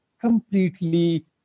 completely